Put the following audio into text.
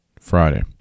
Friday